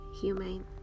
humane